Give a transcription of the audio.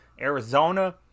Arizona